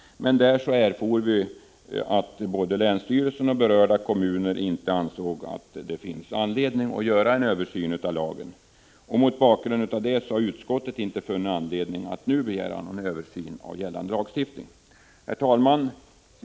Men där erfor vi att varken länsstyrelsen eller berörda kommuner ansåg att det fanns anledning till en översyn av lagen. Mot den bakgrunden har utskottet inte funnit anledning att nu begära en översyn av gällande lagstiftning. Herr talman!